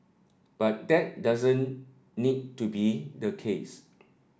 but that doesn't need to be the case